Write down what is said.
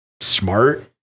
smart